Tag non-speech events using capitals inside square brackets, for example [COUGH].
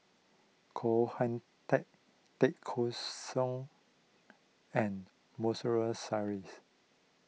Koh Hoon Teck Tay Kheng Soon and [UNINTELLIGIBLE]